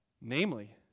Namely